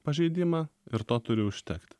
pažeidimą ir to turi užtekti